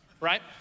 right